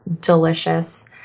delicious